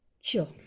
Sure